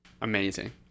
Amazing